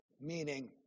meaning